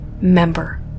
member